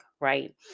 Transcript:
right